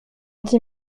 dit